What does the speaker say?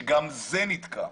שגם זה נתקע.